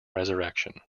resurrection